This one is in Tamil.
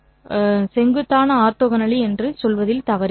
எனவே இந்த செங்குத்தாக ஆர்த்தோகனலி தவிர வேறில்லை